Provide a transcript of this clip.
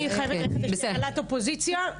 אני חייבת לצאת להנהלת אופוזיציה.